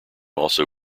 also